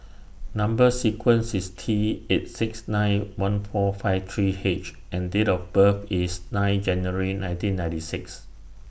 Number sequence IS T eight six nine one four five three H and Date of birth IS nine January nineteen ninety six